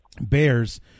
Bears